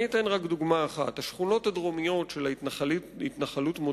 אתן רק דוגמה אחת: השכונות הדרומיות של ההתנחלות מודיעין-עילית,